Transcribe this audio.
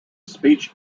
speech